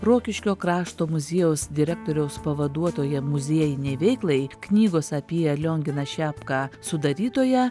rokiškio krašto muziejaus direktoriaus pavaduotoja muziejinei veiklai knygos apie lionginą šepką sudarytoja